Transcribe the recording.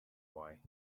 why